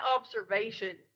observation